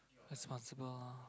responsible lor